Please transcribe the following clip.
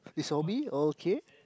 is or me okay